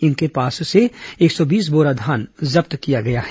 इनके पास से एक सौ बीस बोरा धान जब्त किया गया है